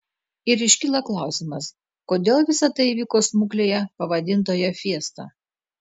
ir iškyla klausimas kodėl visa tai įvyko smuklėje pavadintoje fiesta